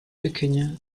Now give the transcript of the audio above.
pequeña